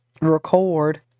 record